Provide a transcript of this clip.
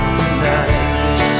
tonight